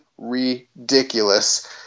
ridiculous